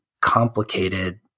complicated